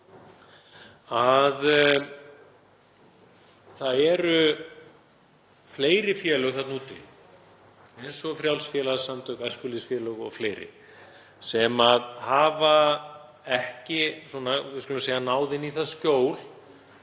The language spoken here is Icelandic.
að það eru fleiri félög þarna úti, eins og frjáls félagasamtök, æskulýðsfélög og fleiri, sem hafa ekki náð inn í það skjól,